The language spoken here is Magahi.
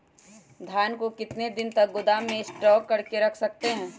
धान को कितने दिन को गोदाम में स्टॉक करके रख सकते हैँ?